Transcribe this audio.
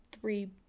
three